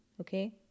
okay